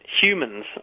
humans